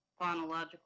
phonological